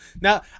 Now